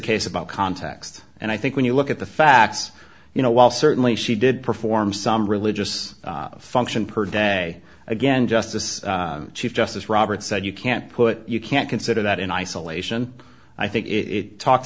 case about context and i think when you look at the facts you know while certainly she did perform some religious function per day again justice chief justice roberts said you can't put you can't consider that in isolation i think it talked